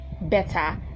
Better